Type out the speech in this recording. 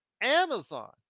Amazon